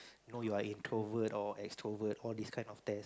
you know you are introvert or extrovert all these kind of test